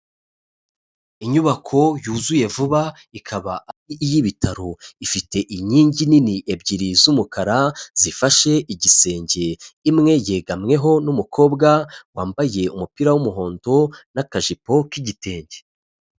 Inyubako yuzuye vuba, ikaba ari iy'ibitaro, ifite inkingi nini ebyiri z'umukara zifashe igisenge, imwe yegamweho n'umukobwa wambaye umupira w'umuhondo n'akajipo k'igitenge.